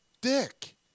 dick